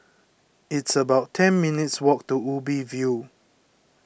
it's about ten minutes' walk to Ubi View